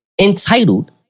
entitled